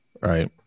right